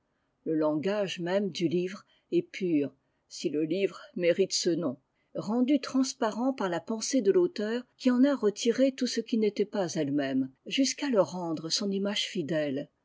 le langage même du livre est pur si le livre mérite ce nom rendu transparent par la pensée de l'auteur qui en a retiré tout ce qui n'était pas elle-même jusqu'à le rendre son image fidèle